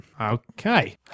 Okay